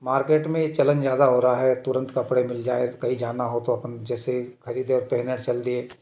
market में चलन ज़्यादा हो रहा हैं तुरंत कपड़े मिल जाए कही जाना हो तो अपन जैसे खरीदे पहने और चल दिए